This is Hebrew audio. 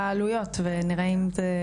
העלויות ונראה אם זה משהו שיכול לפתור.